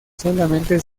solamente